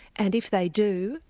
and if they do,